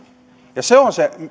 ja se on se